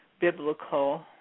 biblical